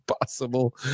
possible